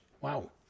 Wow